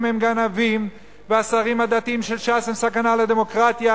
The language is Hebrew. הם גנבים והשרים הדתיים של ש"ס הם סכנה לדמוקרטיה,